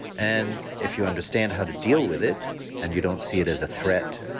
and if you understand how to deal with it and you don't see it as a threat,